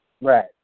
Right